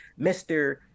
Mr